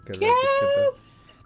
Yes